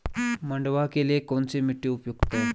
मंडुवा के लिए कौन सी मिट्टी उपयुक्त है?